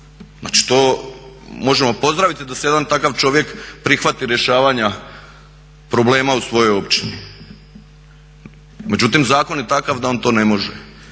Znači to možemo pozdraviti da se jedan takav čovjek prihvati rješavanja problema u svojoj općini. Međutim zakon je takav da on to ne može.